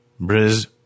Briz